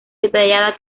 detallada